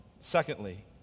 Secondly